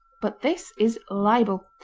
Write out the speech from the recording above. but this is libel.